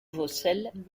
vaucelles